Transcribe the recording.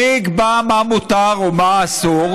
מי יקבע מה מותר או מה אסור?